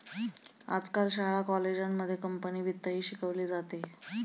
आजकाल शाळा कॉलेजांमध्ये कंपनी वित्तही शिकवले जाते